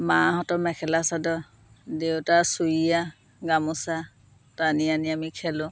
মাহঁতৰ মেখেলা চাদৰ দেউতাৰ চুৰিয়া গামোচা টানি আনি আমি খেলোঁ